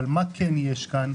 מה כן יש כאן?